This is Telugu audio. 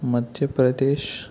మధ్యప్రదేశ్